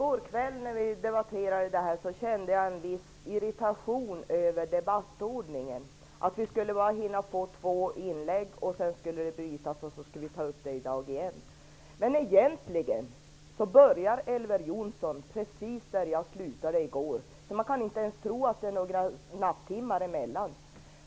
Fru talman! I debatten i går kväll kände jag en viss irritation över debattordningen. Vi skulle ju bara hinna med två inlägg. Därefter skulle debatten avbrytas för att fortsätta i dag. Men egentligen börjar Elver Jonsson precis där jag slutade i går kväll, så man kan inte tro att det är några nattimmar emellan.